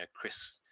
Chris